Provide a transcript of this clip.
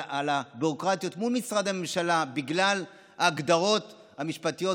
על הביורוקרטיות מול משרדי ממשלה בגלל ההגדרות המשפטיות,